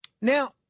Now